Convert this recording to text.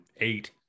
eight